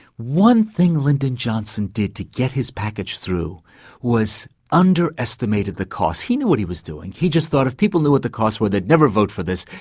one thing lyndon johnson did to get his package through was underestimated the cost. he knew what he was doing, he just thought if people knew what the costs were, they'd never vote for this,